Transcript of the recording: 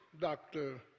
doctor